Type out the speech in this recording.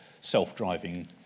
self-driving